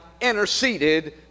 interceded